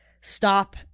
stop